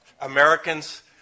Americans